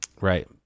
Right